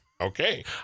Okay